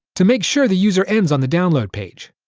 to make sure the user ends on the download page.